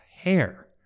hair